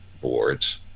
boards